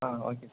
ah okay sir